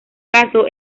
caso